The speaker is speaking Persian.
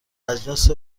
اجناس